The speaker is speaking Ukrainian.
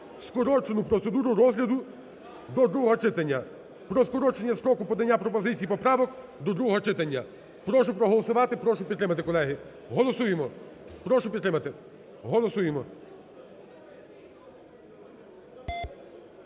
скорочену процедуру розгляду до другого читання, про скорочення строку подання пропозицій і поправок до другого читання. Прошу проголосувати, прошу підтримати, колеги. Голосуємо. Прошу підтримати. Голосуємо.